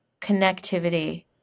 connectivity